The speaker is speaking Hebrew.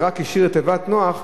והשאיר רק את תיבת נח.